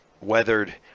weathered